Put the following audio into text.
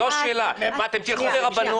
זו השאלה, מה, אתם תלכו לרבנות?